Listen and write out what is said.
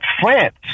France